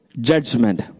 judgment